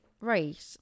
Right